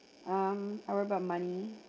um how about money